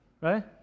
Right